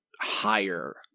higher